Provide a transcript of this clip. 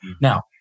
Now